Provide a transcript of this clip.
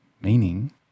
meaning